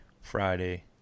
Friday